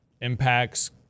impacts